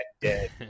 dead